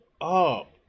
up